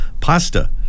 pasta